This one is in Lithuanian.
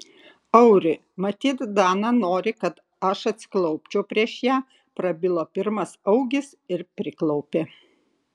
auri matyt dana nori kad aš atsiklaupčiau prieš ją prabilo pirmas augis ir priklaupė